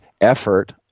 effort